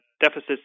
deficits